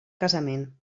casament